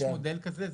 יש מודל כזה.